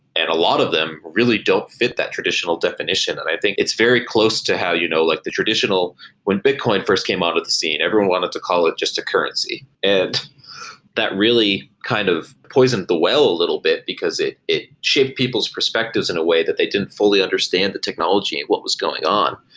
and a lot of them really don't fit that traditional definition and i think it's very close to how you know like the traditional when bitcoin first came out of the scene, everyone wanted to call it just a currency that really kind of poisoned the well a little bit, because it it shift people's perspectives in a way that they didn't fully understand the technology and what was going on.